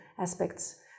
aspects